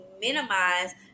minimize